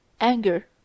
anger